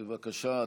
בבקשה.